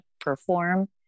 perform